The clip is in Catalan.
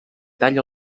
talla